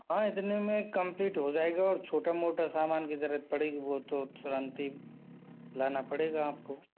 हाँ इतने में कंप्लीट हो जाएगा और छोटा मोटा सामान की जरूरत पड़ेगी वो तो तुरंत ही लाना पड़ेगा आपको